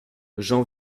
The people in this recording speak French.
j’en